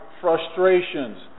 frustrations